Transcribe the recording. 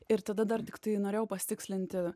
ir tada dar tiktai norėjau pasitikslinti